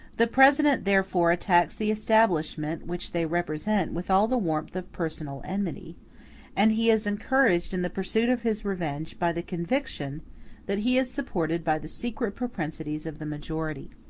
the president therefore attacks the establishment which they represent with all the warmth of personal enmity and he is encouraged in the pursuit of his revenge by the conviction that he is supported by the secret propensities of the majority.